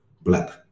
black